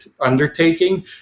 undertaking